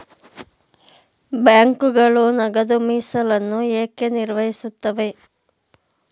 ಬ್ಯಾಂಕುಗಳು ನಗದು ಮೀಸಲನ್ನು ಏಕೆ ನಿರ್ವಹಿಸುತ್ತವೆ?